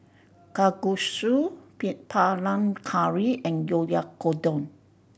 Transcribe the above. Kalguksu Panang Curry and Oyakodon